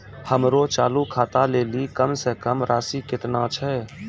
हमरो चालू खाता लेली कम से कम राशि केतना छै?